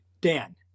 Dan